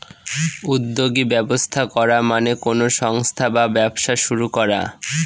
উদ্যোগী ব্যবস্থা করা মানে কোনো সংস্থা বা ব্যবসা শুরু করা